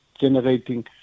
generating